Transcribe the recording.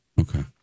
Okay